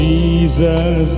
Jesus